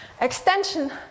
extension